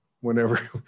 whenever